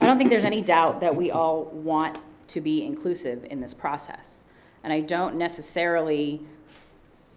i don't think there's any doubt that we all want to be inclusive in this process and i don't necessarily